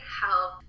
help